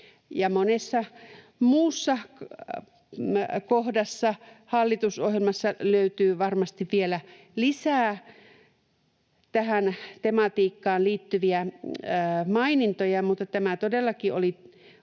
Monessa muussa kohdassa hallitusohjelmaa löytyy varmasti vielä lisää tähän tematiikkaan liittyviä mainintoja, mutta tämä todellakin oli